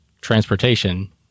transportation